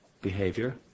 behavior